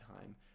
time